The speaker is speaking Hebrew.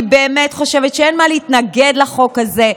אני באמת חושבת שאין מה להתנגד לחוק הזה,